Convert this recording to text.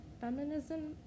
Feminism